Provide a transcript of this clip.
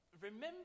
remember